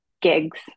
gigs